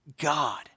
God